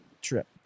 trip